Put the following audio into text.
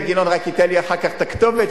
אילן גילאון רק ייתן לי אחר כך את הכתובת,